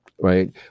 right